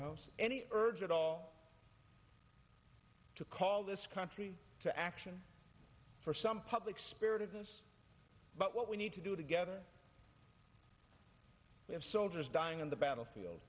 house any urge at all to call this country to action for some public spiritedness but what we need to do together we have soldiers dying on the battlefield